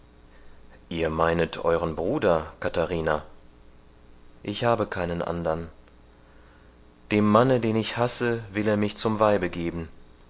ihr meinet eueren bruder katharina ich habe keinen andern dem manne den ich hasse will er mich zum weibe geben